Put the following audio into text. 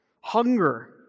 hunger